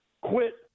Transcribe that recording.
Quit